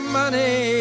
money